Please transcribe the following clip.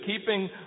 keeping